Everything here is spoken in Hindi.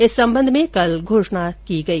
इस संबंध में कल घोषणा की गई